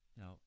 Now